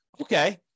Okay